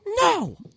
no